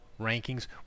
rankings